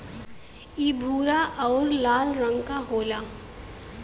इ भूरा आउर लाल रंग क होला